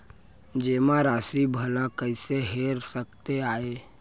जेमा राशि भला कइसे हेर सकते आय?